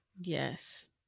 Yes